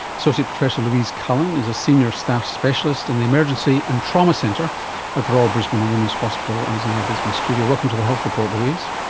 associate professor louise cullen is a senior staff specialist in and the emergency and trauma centre at the royal brisbane and women's hospital and is in our brisbane studio. welcome to the health report louise.